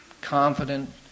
confident